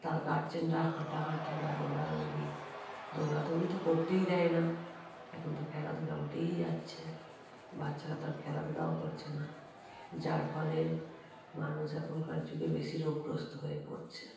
তার গার্জেনরা হাঁটাহাঁটি বা দৌড়াদৌড়ি দৌড়াদৌড়ি তো করতেই দেয় না এখন তো খেলাধুলা উঠেই যাচ্ছে বাচ্চারা তার খেলাধুলাও করছে না যার ফলে মানুষ এখনকার যুগে বেশি রোগগ্রস্ত হয়ে পড়ছে দৌড়াদৌড়ি